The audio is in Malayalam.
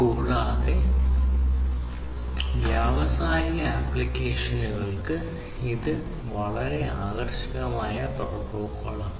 കൂടാതെ വ്യാവസായിക ആപ്ലിക്കേഷനുകൾക്ക് ഇത് വളരെ ആകർഷകമായ പ്രോട്ടോക്കോളാണ്